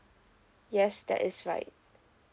yes that is right